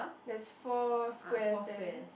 there's four squares there